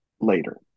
later